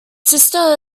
sister